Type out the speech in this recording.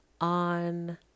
on